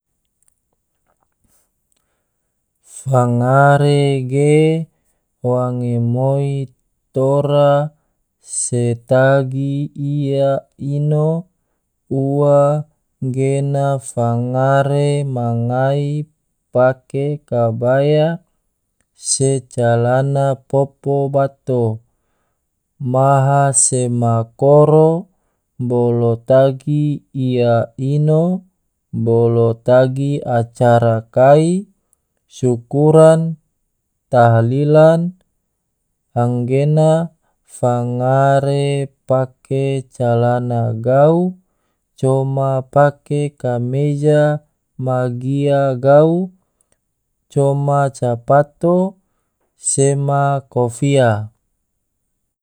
Fangare ge wange moi tora se tagi ino ua gena fangare magai pake kabaya se calana popo bato, maha sema koro bolo tagi ia ino bolo tagi acara kai, sukuran, tahlilan, anggena fangare pake calana gau coma pake kameja ma gia gau, coma capato, sema kofia.